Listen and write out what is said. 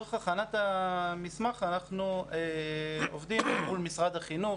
לצורך הכנת המסמך אנחנו עובדים מול משרד החינוך